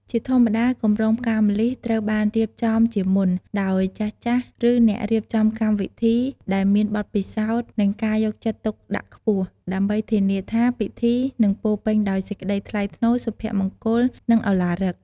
ជាធម្មតា កម្រងផ្កាម្លិះត្រូវបានរៀបចំជាមុន ដោយចាស់ៗឬអ្នករៀបចំកម្មវិធីដែលមានបទពិសោធន៍ និងការយកចិត្តទុកដាក់ខ្ពស់ ដើម្បីធានាថាពិធីនឹងពោរពេញដោយសេចក្ដីថ្លៃថ្នូរ សុភមង្គល និងឳឡារិក។